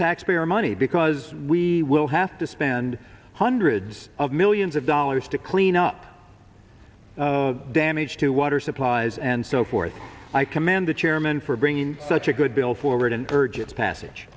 taxpayer money because we will have to spend hundreds of millions of the dollars to clean up the damage to water supplies and so forth i commend the chairman for bringing such a good bill forward